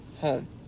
home